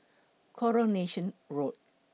Coronation Road